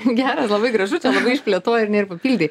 gera labai gražu čia labai išplėtojai ar ne ir papildei